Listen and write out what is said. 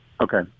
Okay